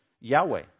Yahweh